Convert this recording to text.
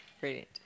Brilliant